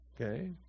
Okay